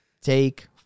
Take